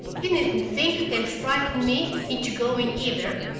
you needn't think you can frighten me into going, either.